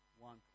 one